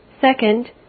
Second